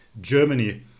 Germany